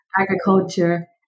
agriculture